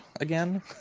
again